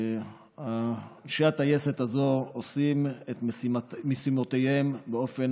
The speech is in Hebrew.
אנשי הטייסת הזאת עושים את משימותיהם באופן